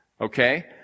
Okay